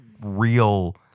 real